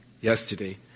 yesterday